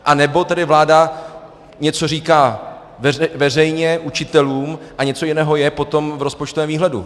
Anebo tedy vláda něco říká veřejně učitelům a něco jiného je potom v rozpočtovém výhledu.